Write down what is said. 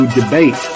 debate